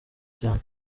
cyane